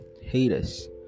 haters